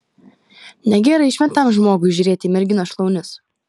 negerai šventam žmogui žiūrėti į merginos šlaunis